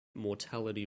mortality